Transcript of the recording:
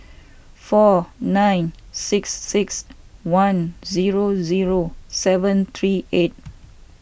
four nine six six one zero zero seven three eight